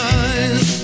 eyes